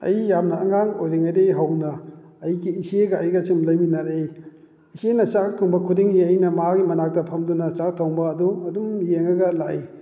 ꯑꯩ ꯌꯥꯝꯅ ꯑꯉꯥꯡ ꯑꯣꯏꯔꯤꯉꯩꯗꯒꯤ ꯍꯧꯅ ꯑꯩꯒꯤ ꯏꯆꯦꯒ ꯑꯩꯒ ꯑꯁꯨꯝ ꯂꯩꯃꯤꯟꯅꯔꯛꯏ ꯏꯆꯦꯅ ꯆꯥꯛ ꯊꯣꯡꯕ ꯈꯨꯗꯤꯡꯒꯤ ꯑꯩꯅ ꯃꯥꯒꯤ ꯃꯅꯥꯛꯇ ꯐꯝꯗꯨꯅ ꯆꯥꯛ ꯊꯣꯡꯕ ꯑꯗꯨ ꯑꯗꯨꯝ ꯌꯦꯡꯉꯒ ꯂꯥꯛꯏ